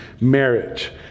marriage